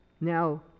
Now